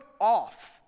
off